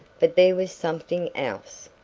but there was something else.